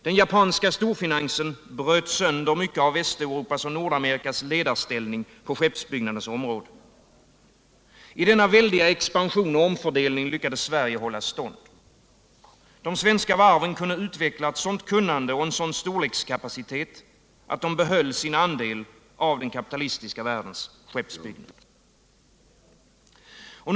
Den japanska storfinansen bröt totalt sönder Västeuropas och Nordamerikas ledarställning på skeppsbyggnadens område. I denna väldiga expansion och omfördelning lyckades Sverige hålla stånd. De svenska varven kunde utveckla ett sådant kunnande och en sådan storlekskapacitet, att de behöll sin andel av den kapitalistiska världens skeppsbyggnad.